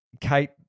Kate